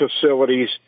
facilities